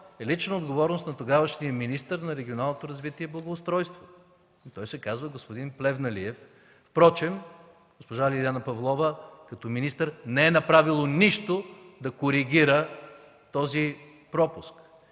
е лична отговорност на тогавашния министър на регионалното развитие и благоустройството. И той се казва господин Плевнелиев. Впрочем госпожа Лиляна Павлова като министър не е направила нищо да коригира този пропуск.